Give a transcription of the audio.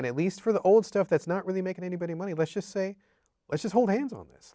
and at least for the old stuff that's not really making anybody money let's just say let's just hold hands on this